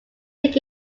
take